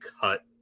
cut